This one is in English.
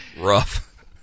rough